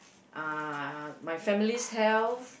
uh my family's health